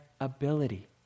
ability